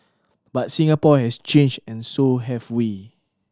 but Singapore is changed and so have we